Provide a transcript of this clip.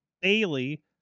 Bailey